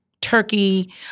turkey